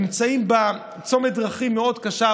נמצאים בצומת דרכים מאוד קשה,